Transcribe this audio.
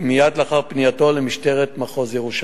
מייד לאחר פנייתו אל משטרת מחוז ירושלים.